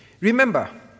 remember